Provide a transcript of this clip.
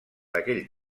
aquell